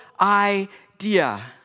idea